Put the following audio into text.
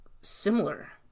similar